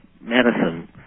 medicine